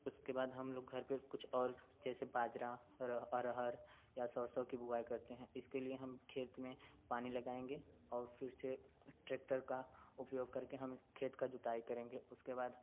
उसके बाद हम लोग घर पर कुछ और जैसे बाजरा और अरहर या सरसों की बुआई करते हैं इसके लिए हम खेत में पानी लगाएंगे और फिर से ट्रेक्टर का उपयोग करके हम इस खेत का जो जुताई करेंगे उसके बाद